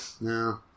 No